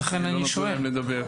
כי לא נתנו להם לדבר.